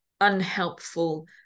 unhelpful